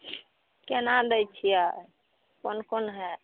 कोना दै छिए कोन कोन हइ